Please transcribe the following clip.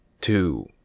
Two